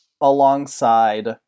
alongside